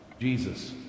Jesus